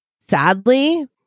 Sadly